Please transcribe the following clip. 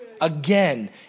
Again